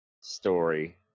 story